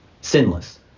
sinless